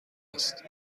هست